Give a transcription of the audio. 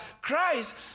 Christ